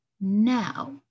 now